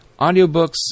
audiobooks